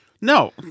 No